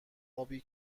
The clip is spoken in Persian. آبی